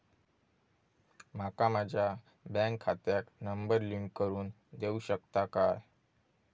माका माझ्या बँक खात्याक नंबर लिंक करून देऊ शकता काय?